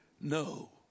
No